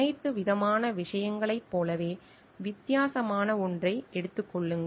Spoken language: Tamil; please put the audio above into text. அனைத்து விதமான விஷயங்களைப் போலவே வித்தியாசமான ஒன்றை எடுத்துக் கொள்ளுங்கள்